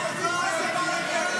אין פה יועצת משפטית?